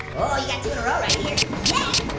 oh you got two in a row right here. yes,